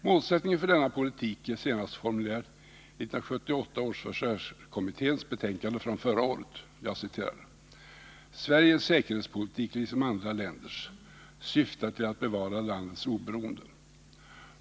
Målsättningen för denna politik är senast formulerad i 1978 års försvarskommittés betänkande från förra året: ”Sveriges säkerhetspolitik, liksom andra länders, syftar till att bevara landets oberoende.